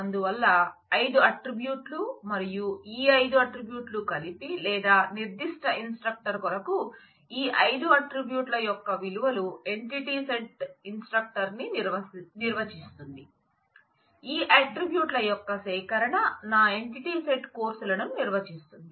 అందువల్ల 5 ఆట్రిబ్యూట్ లు మరియు ఈ 5 ఆట్రిబ్యూట్ లు కలిసి లేదా నిర్ధిష్ట ఇన్స్ట్రక్టర్ కొరకు ఈ 5 ఆట్ట్రిబ్యూట్ ల యొక్క విలువలు ఎంటిటీ సెట్ ఇన్స్ట్రక్టర్ ని నిర్వచిస్తుంది ఈ ఆట్ట్రిబ్యూట్ల యొక్క సేకరణ నా ఎంటిటీ సెట్ కోర్సులను నిర్వచిస్తుంది